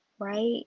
right